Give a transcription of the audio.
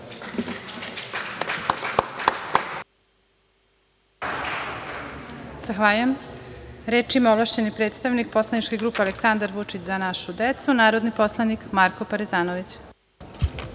Zahvaljujem se. Reč ima ovlašćeni predstavnik poslaničke grupe Aleksandar Vučić – Za našu decu, narodni poslanik Marko Parezanović.